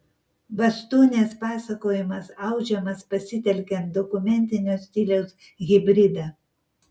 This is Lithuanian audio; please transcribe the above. bastūnės pasakojimas audžiamas pasitelkiant dokumentinio stiliaus hibridą